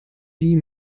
die